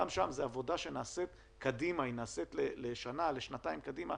גם זאת עבודה שנעשית לשנה-שנתיים קדימה.